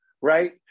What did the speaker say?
Right